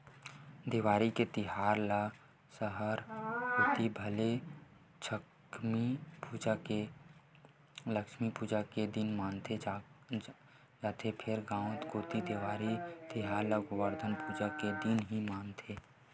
देवारी तिहार ल सहर कोती भले लक्छमी पूजा के दिन माने जाथे फेर गांव कोती देवारी तिहार ल गोबरधन पूजा के दिन ही मानथे